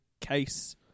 case